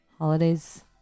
Holidays